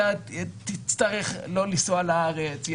אתה לא תוכל לנסוע לארץ.